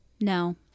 No